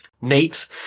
neat